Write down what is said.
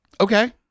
Okay